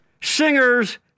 singers